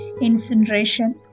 incineration